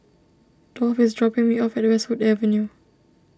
Dolph is dropping me off at Westwood Avenue